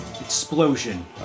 explosion